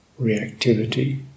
reactivity